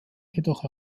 jedoch